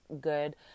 good